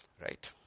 right